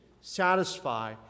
satisfy